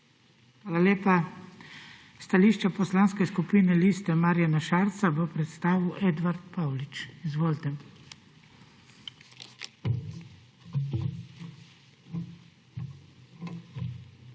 Hvala lepa. Stališče Poslanske skupine Liste Marjana Šarca bo predstavil Edvard Paulič. Izvolite. EDVARD